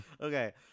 Okay